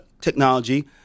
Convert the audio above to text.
technology